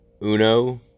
Uno